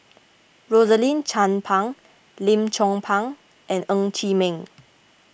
Rosaline Chan Pang Lim Chong Pang and Ng Chee Meng